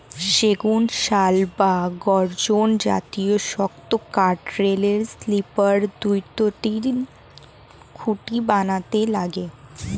সেগুন, শাল বা গর্জন জাতীয় শক্ত কাঠ রেলের স্লিপার, বৈদ্যুতিন খুঁটি বানাতে লাগে